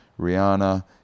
Rihanna